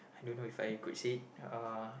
I don't know If I could say uh